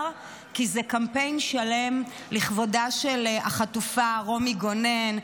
כי זה קמפיין שלם לכבודה של החטופה רומי גונן.